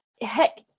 Heck